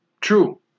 true